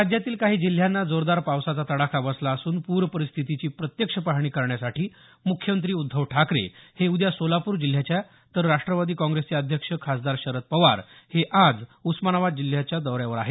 राज्यातील काही जिल्ह्यांना जोरदार पावसाचा तडाखा बसला असून प्रपरिस्थितीची प्रत्यक्ष पाहणी करण्यासाठी मुख्यमंत्री उद्धव ठाकरे हे उद्या सोलापूर जिल्ह्याच्या तर राष्टवादी काँग्रेसचे अध्यक्ष खासदार शरद पवार हे आज उस्मानाबाद जिल्ह्याचा दौरा करणार आहेत